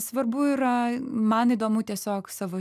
svarbu yra man įdomu tiesiog savo